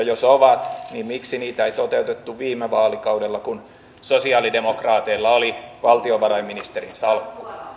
jos ovat niin miksi niitä ei toteutettu viime vaalikaudella kun sosialidemokraateilla oli valtiovarainministerin salkku